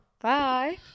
bye